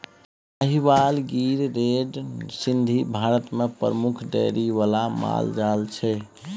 Sahiwal, Gir, red Sindhi Bharat मे प्रमुख dairy बला माल जाल छै